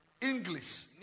English